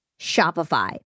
Shopify